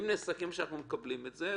אם נסכם שאנחנו מקבלים את זה,